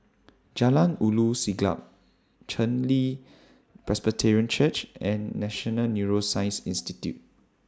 Jalan Ulu Siglap Chen Li Presbyterian Church and National Neuroscience Institute